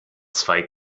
zwei